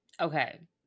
Okay